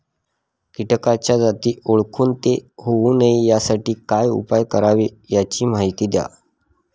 किटकाच्या जाती ओळखून ते होऊ नये यासाठी काय उपाय करावे याची माहिती द्या